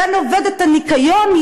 בין עובדת הניקיון,